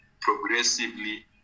progressively